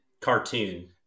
cartoon